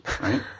right